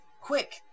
quick